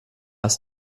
ist